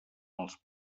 els